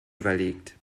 überlegt